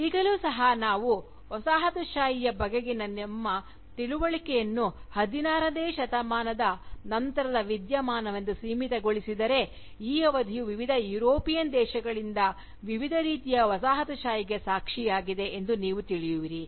ಈಗಲೂ ಸಹ ನಾವು ವಸಾಹತುಶಾಹಿಯ ಬಗೆಗಿನ ನಮ್ಮ ತಿಳುವಳಿಕೆಯನ್ನು 16 ನೇ ಶತಮಾನದ ನಂತರದ ವಿದ್ಯಮಾನವೆಂದು ಸೀಮಿತಗೊಳಿಸಿದರೆ ಈ ಅವಧಿಯು ವಿವಿಧ ಯುರೋಪಿಯನ್ ದೇಶಗಳಿಂದ ವಿವಿಧ ರೀತಿಯ ವಸಾಹತುಶಾಹಿಗೆ ಸಾಕ್ಷಿಯಾಗಿದೆ ಎಂದು ನೀವು ತಿಳಿಯುವಿರಿ